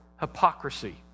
hypocrisy